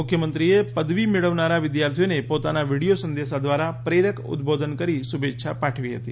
મુખ્યમંત્રીએ પદવી મેળવનારા વિદ્યાર્થીઓને પોતાના વીડિયો સંદેશા દ્વારા પ્રેરક ઉદબોધન કરી શુભેચ્છા પાઠવી હતી